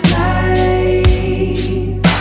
life